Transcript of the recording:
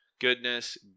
goodness